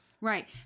Right